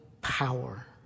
power